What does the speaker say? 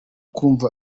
kumva